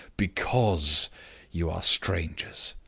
because you are strangers.